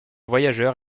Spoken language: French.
voyageurs